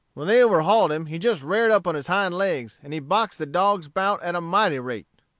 when they overhauled him he just rared up on his hind legs, and he boxed the dogs about at a mighty rate.